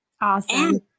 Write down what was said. Awesome